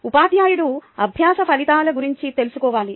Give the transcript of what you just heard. ఉపాధ్యాయుడు అభ్యాస ఫలితాల గురించి తెలుసుకోవాలి